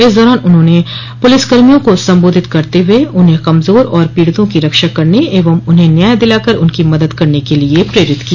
इस दौरान उन्होंने पुलिसकर्मियों को सम्बोधित करते हुए उन्हें कमजोर और पीड़ितों की रक्षा करने एवं उन्हें न्याय दिलाकर उनकी मदद करने के लिए प्रेरित किया